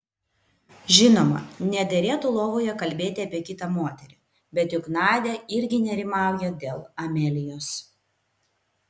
žinoma nederėtų lovoje kalbėti apie kitą moterį bet juk nadia irgi nerimauja dėl amelijos